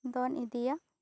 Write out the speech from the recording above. ᱫᱚᱱ ᱤᱫᱤᱭᱟ